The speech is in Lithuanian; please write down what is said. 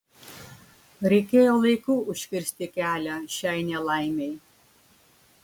reikėjo laiku užkirsti kelią šiai nelaimei